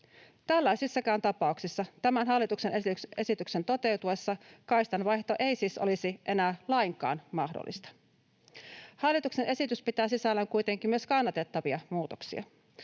Tällaisissakaan tapauksissa tämän hallituksen esityksen toteutuessa kaistanvaihto ei siis olisi enää lainkaan mahdollista. Hallituksen esitys pitää sisällään kuitenkin myös kannatettavia muutoksia.